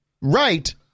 right